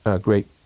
great